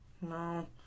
No